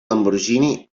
lamborghini